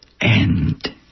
end